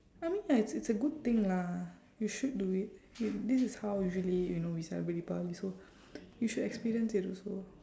I mean ya it's it's a good thing lah you should do it y~ this is how usually you know we celebrate deepavali so you should experience it also